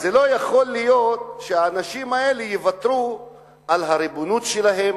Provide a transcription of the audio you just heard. לא יכול להיות שהאנשים האלה יוותרו על הריבונות שלהם,